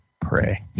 pray